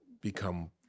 become